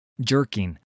jerking